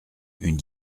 une